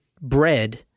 bread